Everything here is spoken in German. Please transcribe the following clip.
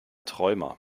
träumer